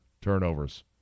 turnovers